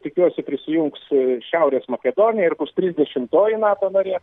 tikiuosi prisijungs šiaurės makedonija ir bus trisdešimtoji nato narė